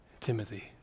Timothy